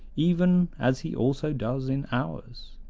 even as he also does in ours.